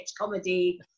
comedy